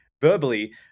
verbally